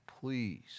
Please